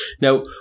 Now